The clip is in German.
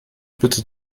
bitte